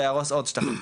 ואהרוס עוד שטחים פתוחים.